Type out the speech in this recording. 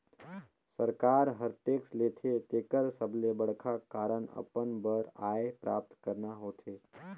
सरकार हर टेक्स लेथे तेकर सबले बड़खा कारन अपन बर आय प्राप्त करना होथे